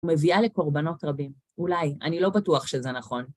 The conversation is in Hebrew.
מביאה לקורבנות רבים. אולי, אני לא בטוח שזה נכון.